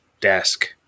desk